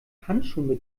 handschuhen